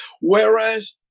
Whereas